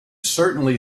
certainly